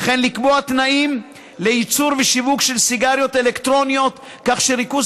וכן לקבוע תנאים לייצור ושיווק של סיגריות אלקטרוניות כך שריכוז